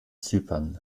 zypern